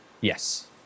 yes